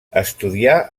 estudià